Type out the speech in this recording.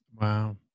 wow